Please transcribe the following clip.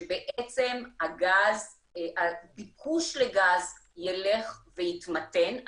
שבעצם הביקוש לגז יילך ויתמתן,